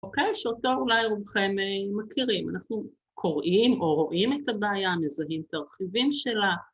אוקיי? שאותו אולי רובכם מכירים, אנחנו קוראים או רואים את הבעיה, מזהים את הרכיבים שלה